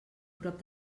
prop